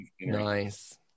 nice